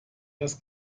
das